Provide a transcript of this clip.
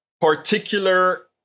particular